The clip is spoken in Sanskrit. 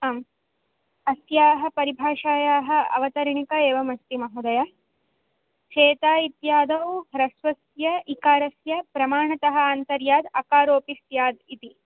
आम् अस्याः परिभाषायाः अवतरणिका एवमस्ति महोदय श्वेता इत्यादौ ह्रस्वस्य इकारस्य प्रमाणतः आन्तर्यात् अकारोपि स्याद् इति